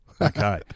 Okay